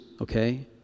okay